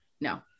no